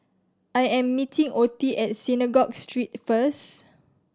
I am meeting Ottie at Synagogue Street first